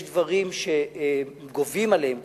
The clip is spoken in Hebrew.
שיש דברים שגובים עליהם כסף,